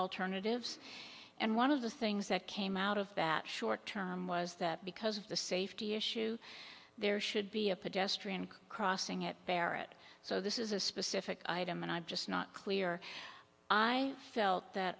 alternatives and one of the things that came out of that short term was that because of the safety issue there should be a pedestrian crossing at barrett so this is a specific item and i'm just not clear i felt that